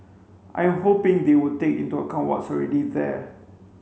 I'm hoping they would take into account what's already there